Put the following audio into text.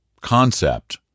concept